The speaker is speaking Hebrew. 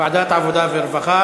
ועדת עבודה ורווחה.